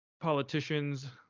politicians